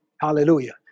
Hallelujah